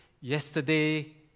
yesterday